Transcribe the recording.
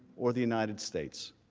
or the united states.